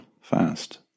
fast